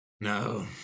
No